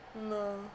No